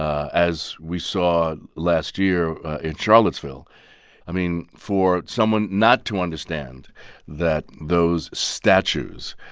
as we saw last year in charlottesville i mean, for someone not to understand that those statues